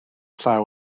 llaw